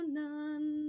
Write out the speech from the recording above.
none